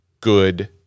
good